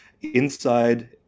inside